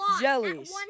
jellies